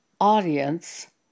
audience